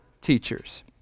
teachers